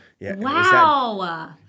Wow